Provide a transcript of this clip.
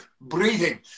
breathing